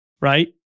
Right